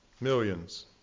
Millions